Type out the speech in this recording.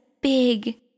big